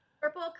purple